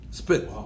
spit